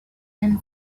and